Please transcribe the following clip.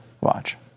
Watch